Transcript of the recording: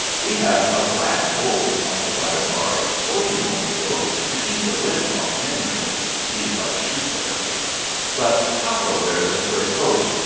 we have a glass board on the front of our ortymobile to keep the wind off henry he's our shuffer but papa wears a fur coat,